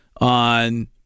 on